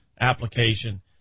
application